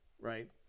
right